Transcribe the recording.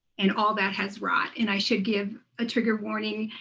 and all that has wrought and i should give a trigger warning.